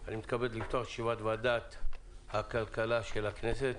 אני מתכבד לפתוח את ישיבת ועדת הכלכלה של הכנסת.